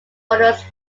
holders